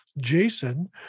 Jason